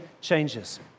changes